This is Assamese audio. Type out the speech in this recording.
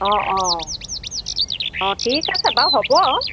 অঁ অঁ অঁ ঠিক আছে বাৰু হ'ব